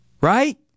right